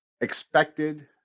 expected